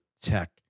tech